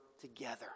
together